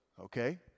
okay